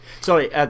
Sorry